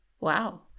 wow